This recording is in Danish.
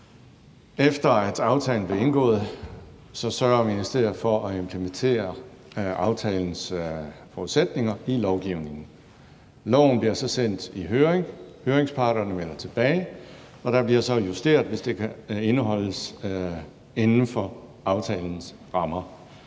efter at aftalen var indgået, sørgede ministeriet for at implementere aftalens forudsætninger i lovgivningen. Lovforslaget bliver så sendt i høring, høringsparterne melder tilbage, og der bliver så justeret, hvis det kan indeholdes inden for aftalens rammer.